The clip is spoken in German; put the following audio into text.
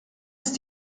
ist